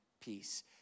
Peace